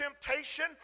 temptation